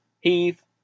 Heath